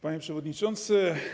Panie Przewodniczący!